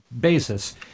basis